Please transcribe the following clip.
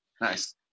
Nice